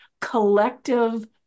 collective